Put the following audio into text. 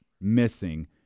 missing